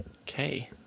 Okay